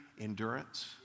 endurance